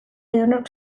edonork